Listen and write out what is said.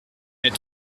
mais